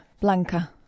Blanca